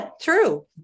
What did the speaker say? true